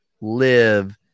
live